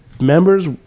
members